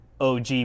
OG